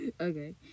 okay